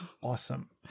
awesome